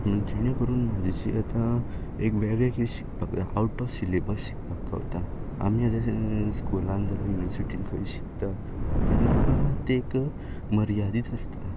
जेणें करून म्हजी जी आतां एक वेगळें जे शिकपाक आवट ऑफ सिलेबस शिकपाक पावता आमी जशें स्कूलान नाजाल्यार युनिवरसिटी शिकता तेन्ना ते एक मर्यादीत आसता